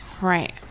Right